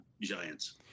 giants